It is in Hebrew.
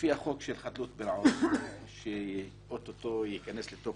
לפי החוק של חדלות פירעון שעוד כמה חודשים ייכנס לתוקף,